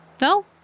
No